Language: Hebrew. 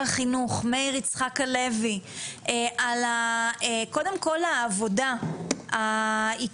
החינוך מאיר יצחק הלוי על קודם כל העבודה העיקשת